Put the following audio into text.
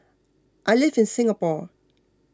I live in Singapore